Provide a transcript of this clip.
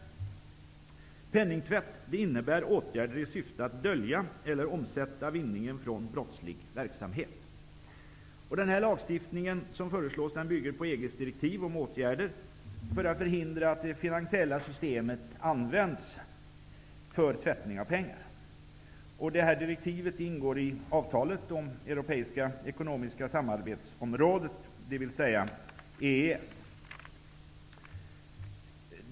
Penningtvätt innebär åtgärder i syfte att dölja eller omsätta vinningen från brottslig verksamhet. Den lagstiftning som föreslås bygger på EG:s direktiv om åtgärder för att förhindra att det finansiella systemet används för tvättning av pengar. Direktivet ingår i avtalet om Europeiska ekonomiska samarbetsområdet, dvs. EES.